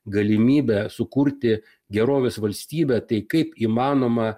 galimybę sukurti gerovės valstybę tai kaip įmanoma